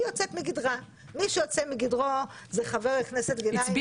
זה חבר הכנסת גנאים.